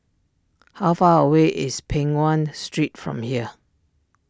how far away is Peng Nguan Street from here